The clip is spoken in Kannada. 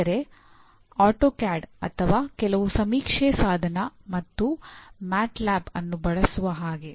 ಅಂದರೆ ಆಟೋಕ್ಯಾಡ್ ಅನ್ನು ಬಳಸುವ ಹಾಗೆ